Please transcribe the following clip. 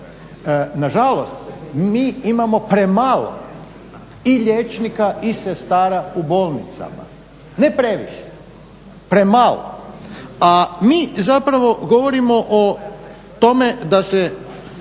Nažalost, mi imamo premalo i liječnika i sestara u bolnicama, ne previše, premalo. A mi zapravo govorimo o tome da se